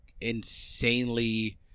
insanely